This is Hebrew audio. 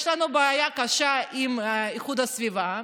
יש לנו בעיה קשה עם איכות הסביבה,